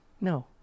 No